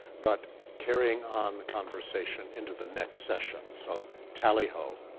but carrying on the conversation into the next session, so tally ho.